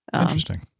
Interesting